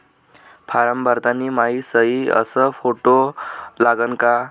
Form भरताना मायी सयी अस फोटो लागन का?